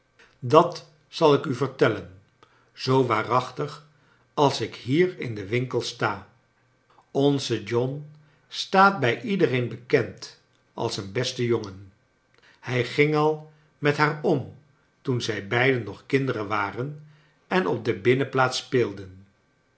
dat zal ik u vertellen zoo waarachtig als ik hier in den winkel sta onze john staat bij iedereen bekend als een beste jongen hij ging al met haar am toen zij beiden nog kinderen waren en op de binnenplaats specimen